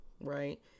Right